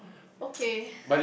okay